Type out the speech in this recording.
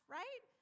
right